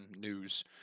news